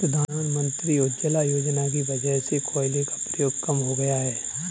प्रधानमंत्री उज्ज्वला योजना की वजह से कोयले का प्रयोग कम हो गया है